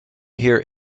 hear